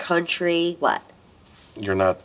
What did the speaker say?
country what you're not